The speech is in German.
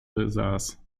besaß